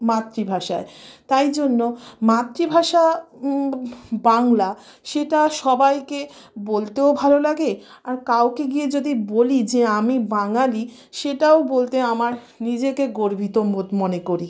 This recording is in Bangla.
মাতৃভাষায় তাই জন্য মাতৃভাষা বাংলা সেটা সবাইকে বলতেও ভালো লাগে আর কাউকে গিয়ে যদি বলি যে আমি বাঙালি সেটাও বলতে আমার নিজেকে গর্বিত বোধ মনে করি